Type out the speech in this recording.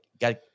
got